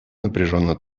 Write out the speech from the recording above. напряженно